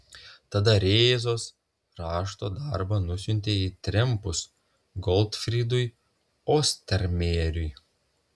tada rėzos rašto darbą nusiuntė į trempus gotfrydui ostermejeriui